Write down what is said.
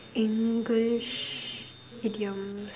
English idioms